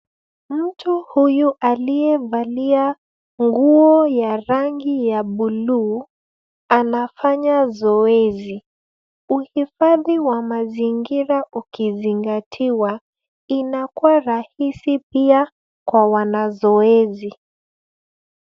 Mtu huyu aliyevalia nguo ya rangi ya buluu, anafanya zoezi. Uhifadhi wa mazingira ukizingatiwa, inakuwa rahisi pia kwa wanazoezi.